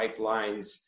pipelines